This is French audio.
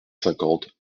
cinquante